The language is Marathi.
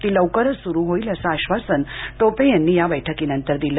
ती लवकरच सुरू होईल असं आश्वासन टोपे यांनी या बैठकीनंतर दिलं